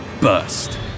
burst